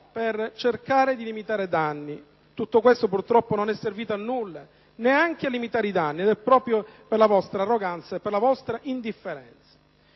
per cercare di limitare i danni. Tutto ciò purtroppo non è servito a nulla, neanche a limitare i danni, proprio per la vostra arroganza ed indifferenza!